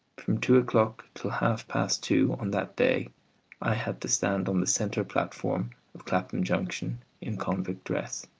from two o'clock till half-past two on that day i had to stand on the centre platform of clapham junction in convict dress,